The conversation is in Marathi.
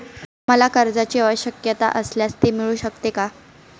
मला कर्जांची आवश्यकता असल्यास ते मिळू शकते का?